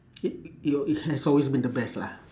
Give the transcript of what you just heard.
i~ i~ it al~ it has always been the best lah